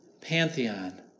pantheon